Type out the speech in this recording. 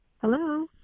hello